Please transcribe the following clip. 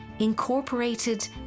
incorporated